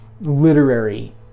literary